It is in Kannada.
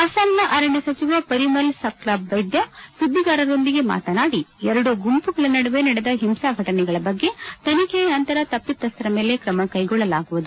ಅಸ್ಲಾಂನ ಅರಣ್ಯ ಸಚಿವ ವರಿಮಲ್ ಸಕ್ಲಾಬೈದ್ಯ ಸುದ್ದಿಗಾರರೊಂದಿಗೆ ಮಾತನಾಡಿ ಎರಡೂ ಗುಂಪುಗಳ ನಡುವೆ ನಡೆದ ಹಿಂಸಾ ಘಟನೆಯ ಬಗ್ಗೆ ತನಿಖೆ ನಂತರ ತಪ್ಪಿತಸ್ವರ ಮೇಲೆ ಕ್ರಮ ಕ್ಕೆಗೊಳ್ಳಲಾಗುವುದು